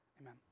Amen